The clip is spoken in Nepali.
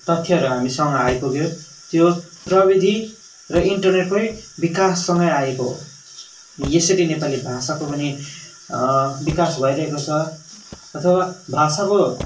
तथ्यहरू हामीसँग आइपुग्यो त्यो प्रविधि र इन्टरनेटकै विकाससँगै आएको हो यसरी नेपाली भाषाको पनि विकास भइरहेको छ अथवा भाषाको